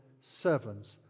servants